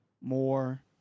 more